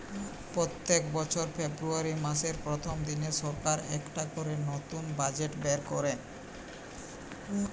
পোত্তেক বছর ফেব্রুয়ারী মাসের প্রথম দিনে সরকার একটা করে নতুন বাজেট বের কোরে